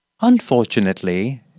Unfortunately